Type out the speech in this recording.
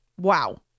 Wow